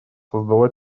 создала